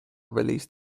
released